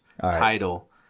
title